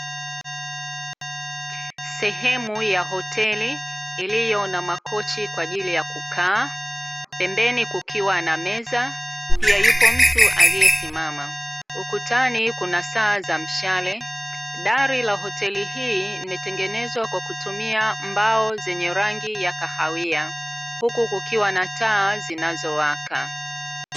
Sehemu ya hoteli iliyo na makochi kwa ajili ya kukaa, pembeni kukiwa na meza. Pia yupo mtu aliyesimama, ukutani kuna saa za mshale dari la hoteli hii, limetengenezwa kwa kutumia mbao zenye rangi ya kahawia, huku kukiwa na taa zinazowaka.